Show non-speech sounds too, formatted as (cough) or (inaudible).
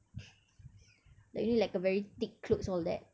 (breath) then you need like a very thick clothes all that